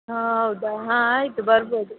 ಹಾಂ ಹೌದಾ ಹಾಂ ಆಯಿತು ಬರ್ಬೌದು